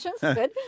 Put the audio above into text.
good